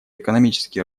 экономический